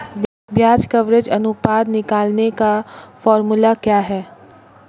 ब्याज कवरेज अनुपात निकालने का फॉर्मूला क्या है?